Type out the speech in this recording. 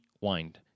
wind